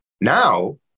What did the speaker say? Now